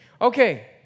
Okay